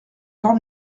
tant